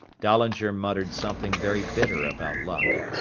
dahlinger muttered something very bitter about luck.